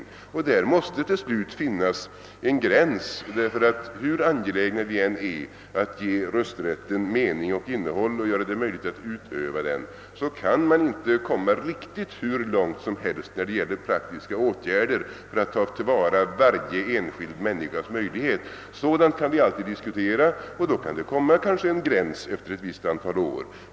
Till slut måste det dock finnas en gräns, ty hur angelägna vi än är att ge rösträtten mening och innehåll och hur gärna vi än vill göra det möjligt att utöva den kan man inte komma hur långt som helst då det gäller praktiska åtgärder i syfte att tillvarata varje enskild människas möjlighet. Sådant kan alltså alltid diskuteras och då kan det kanske bestämmas en gräns vid ett visst antal år.